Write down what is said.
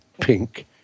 pink